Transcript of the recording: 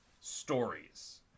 stories